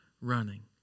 running